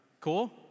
Cool